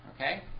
okay